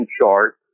chart